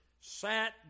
sat